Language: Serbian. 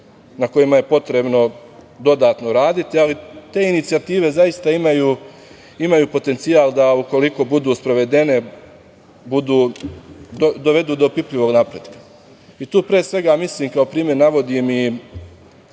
na kojima je potrebno dodatno raditi. Ali, te inicijative zaista imaju potencijal da ukoliko budu sprovedene, dovedu do opipljivog napretka. Tu, pre svega, mislim i kao primer navodim